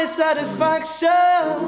satisfaction